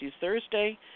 Thursday